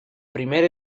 primera